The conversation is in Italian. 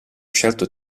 certo